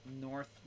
north